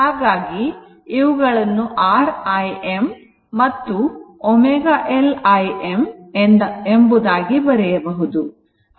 ಹಾಗಾಗಿ ಇವುಗಳನ್ನು R Im this ಮತ್ತುω L Im ಎಂಬುದಾಗಿ ಬರೆಯಬಹುದು